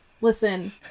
Listen